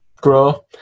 grow